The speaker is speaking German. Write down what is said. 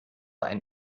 ein